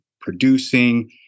producing